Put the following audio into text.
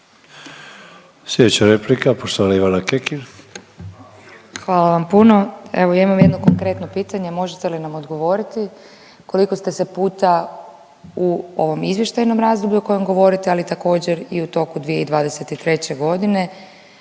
Sljedeća replika poštovana Ivana Kekin. **Kekin, Ivana (NL)** Hvala vam puno. Evo ja imam jedno konkretno pitanje, možete li nam odgovoriti koliko ste se puta u ovom izvještajnom razdoblju o kojem govorite, ali također i u toku 2023.g.